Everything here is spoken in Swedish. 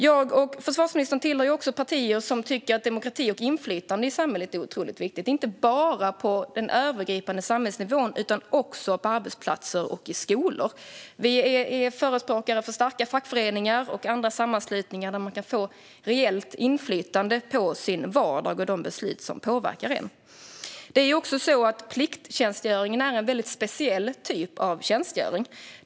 Jag och försvarsministern tillhör också partier som tycker att demokrati och inflytande i samhället är otroligt viktigt, inte bara på den övergripande samhällsnivån utan också på arbetsplatser och i skolor. Vi är förespråkare för starka fackföreningar och andra sammanslutningar där man kan få reellt inflytande över sin vardag och de beslut som påverkar en. Plikttjänstgöringen är också en mycket speciell typ av tjänstgöring.